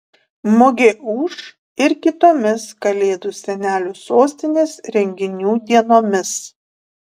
mugė ūš ir kitomis kalėdų senelių sostinės renginių dienomis